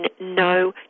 no